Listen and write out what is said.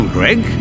Greg